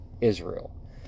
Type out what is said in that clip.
Israel